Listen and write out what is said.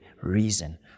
reason